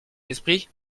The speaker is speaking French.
esprit